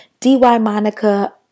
dymonica